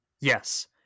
Yes